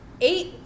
Eight